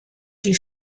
die